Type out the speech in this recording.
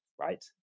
Right